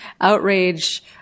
outrage